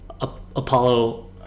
Apollo